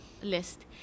List